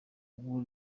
ubu